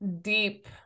deep